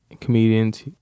comedians